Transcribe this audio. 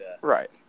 right